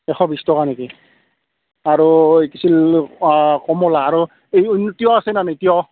এশ বিছ টকা নেকি আৰু এই কিছিল কমলা আৰু এই তিয়ঁহ আছে না নো তিয়ঁহ